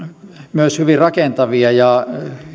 myös hyvin rakentavia ja